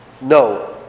No